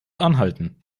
anhalten